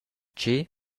tgi